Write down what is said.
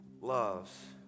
loves